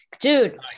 dude